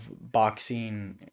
boxing